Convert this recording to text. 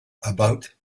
about